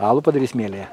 alų padarys mielė